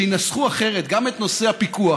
שינסחו אחרת גם את נושא הפיקוח,